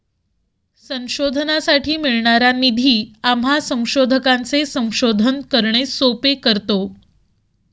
संशोधनासाठी मिळणारा निधी आम्हा संशोधकांचे संशोधन करणे सोपे करतो